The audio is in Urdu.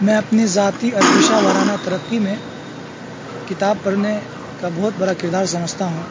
میں اپنے ذاتی اور پیشہ وارانہ ترقی میں کتاب پڑھنے کا بہت بڑا کردار سمجھتا ہوں